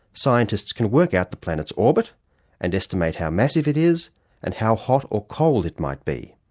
scientists can work out the planet's orbit and estimate how massive it is and how hot or cold it might be.